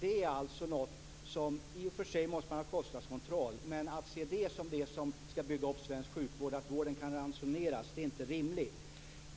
I och för sig måste man ha kostnadskontroll men att se den som det som skall bygga upp svensk sjukvård - dvs. att vården kan ransoneras - är inte rimligt.